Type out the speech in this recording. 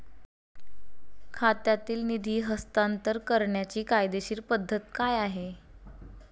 खात्यातील निधी हस्तांतर करण्याची कायदेशीर पद्धत काय आहे?